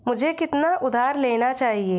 मुझे कितना उधार लेना चाहिए?